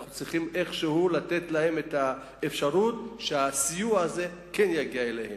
אנחנו צריכים איכשהו לתת להם את האפשרות שהסיוע הזה כן יגיע אליהם.